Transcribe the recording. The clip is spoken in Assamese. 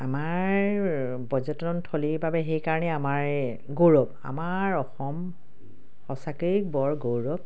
আমাৰ পৰ্যটনথলীৰ বাবে সেইকাৰণে আমাৰ গৌৰৱ আমাৰ অসম সঁচাকৈয়ে বৰ গৌৰৱ